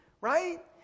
Right